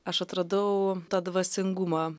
aš atradau tą dvasingumą